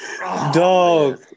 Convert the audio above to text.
Dog